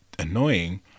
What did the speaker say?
annoying